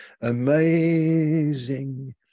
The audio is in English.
amazing